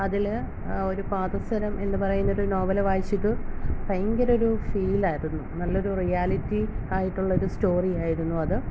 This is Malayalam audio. അതിൽ ഒരു പാദസരം എന്ന് പറയുന്നൊരു നോവൽ വായിച്ചത് ഭയങ്കര ഒരു ഫീലായിരുന്നു നല്ലൊരു റിയാലിറ്റി ആയിട്ടുള്ളൊരു സ്റ്റോറി ആയിരുന്നു അത്